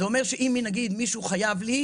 זה אומר שאם מישהו חייב לי,